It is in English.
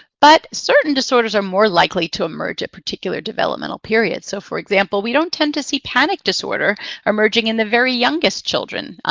but certain disorders are more likely to emerge at particular developmental periods. so for example, we don't tend to see panic disorder emerging in the very youngest children,